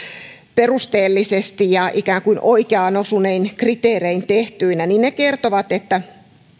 perusteellisesti ja ikään kuin oikeaan osunein kriteerein tehtyinä niin ne kertovat että